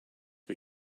but